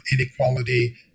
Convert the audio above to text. Inequality